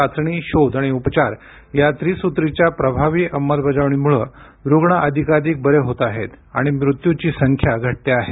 चाचणी शोध आणि उपचार या त्रिसुत्रीच्या प्रभावी अंमलबजावणीमुळे रुग्ण अधिकाधिक बरे होत आहेत आणि मृत्युंची संख्या घटते आहे